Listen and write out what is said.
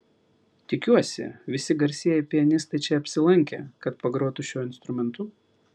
tikiuosi visi garsieji pianistai čia apsilankė kad pagrotų šiuo instrumentu